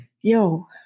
Yo